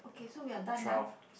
twelve